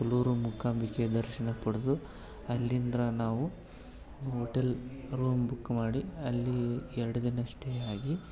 ಕೊಲ್ಲೂರು ಮುಕಾಂಬಿಕೆ ದರ್ಶನ ಪಡೆದು ಅಲ್ಲಿಂದ್ರ ನಾವು ಹೋಟೆಲ್ ರೂಮ್ ಬುಕ್ ಮಾಡಿ ಅಲ್ಲಿ ಎರಡು ದಿನ ಸ್ಟೇಯಾಗಿ